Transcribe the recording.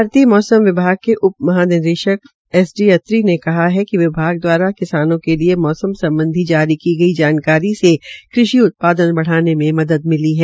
भारतीय मौसम विभाग के महा उप निदेशक एस डी अत्री ने कहा कि विभाग दवारा किसानों के लिये मौसम सम्बधी जारी की गई जानकारी से कृषि उत्पादन बढ़ाने मे मदद मिली है